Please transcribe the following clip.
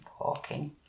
walking